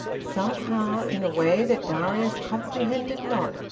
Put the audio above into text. somehow, in a way that darius comprehended not,